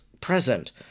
present